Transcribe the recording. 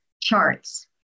charts